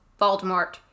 Voldemort